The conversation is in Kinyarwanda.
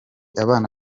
abana